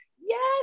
Yes